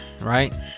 right